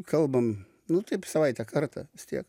kalbam nu taip į savaitę kartą vis tiek